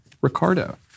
Ricardo